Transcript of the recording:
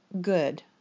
good